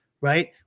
right